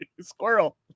squirrel